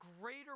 greater